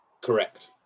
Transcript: Correct